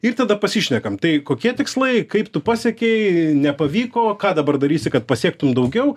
ir tada pasišnekam tai kokie tikslai kaip tu pasiekei nepavyko ką dabar darysi kad pasiektum daugiau